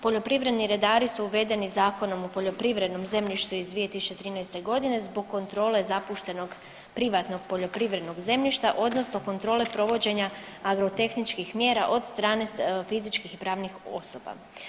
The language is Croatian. Poljoprivredni redari su uvedeni Zakonom o poljoprivrednom zemljištu iz 2013. g. zbog kontrole zapuštenog privatnog poljoprivrednog zemljišta, odnosno kontrole provođenja agrotehničkih mjera od strane fizičkih i pravnih osoba.